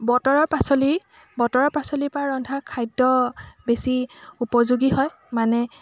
বতৰৰ পাচলি বতৰৰ পাচলিৰ পৰা ৰন্ধা খাদ্য বেছি উপযোগী হয় মানে